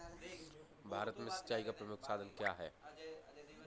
भारत में सिंचाई का प्रमुख साधन क्या है?